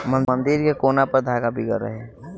मंदिर के कोना पर धागा बीगल रहे